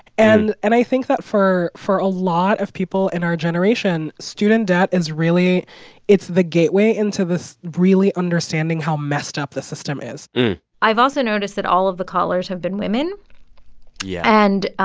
and and i think that for for a lot of people in our generation, student debt is really it's the gateway into this really understanding how messed up the system is i've also noticed that all of the callers have been women yeah and.